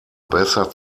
besser